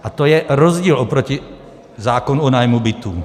A to je rozdíl oproti zákonu o nájmu bytů.